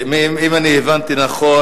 אם הבנתי נכון,